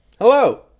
Hello